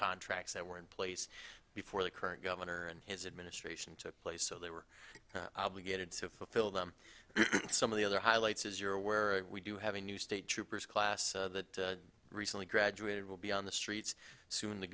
contracts that were in place before the current governor and his administration took place so they were obligated to fulfill them some of the other highlights as you're aware we do have a new state troopers class that recently graduated will be on the streets soon the